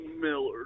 Miller